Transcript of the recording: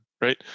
right